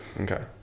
okay